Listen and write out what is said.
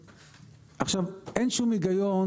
זה סכום הפסדי,